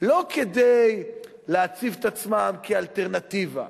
לא כדי להציב את עצמם כאלטרנטיבה,